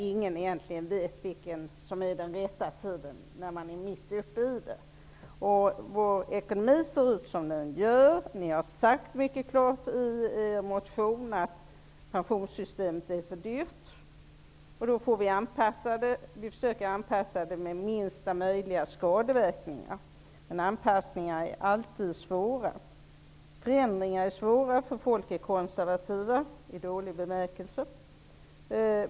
Ingen vet dock egentligen vad som är rätta tidpunkten när man är mitt uppe i det hela. Vår ekonomi ser ut som den gör. Ni säger mycket klart i er motion att pensionssystemet är för dyrt. Vi försöker att göra en anpassning med minsta möjliga skadeverkningar. Men anpassningar är alltid svåra. Förändringar är svåra, för människor är konservativa -- i dålig bemärkelse.